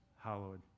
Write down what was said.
hallowed